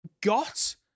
got